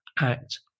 act